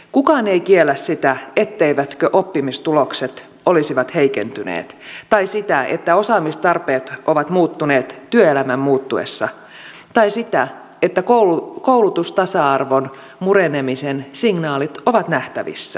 kukaan ei kiellä sitä etteivätkö oppimistulokset olisi heikentyneet tai sitä että osaamistarpeet ovat muuttuneet työelämän muuttuessa tai sitä että koulutustasa arvon murenemisen signaalit ovat nähtävissä